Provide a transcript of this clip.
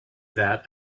that